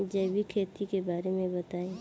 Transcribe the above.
जैविक खेती के बारे में बताइ